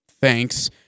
Thanks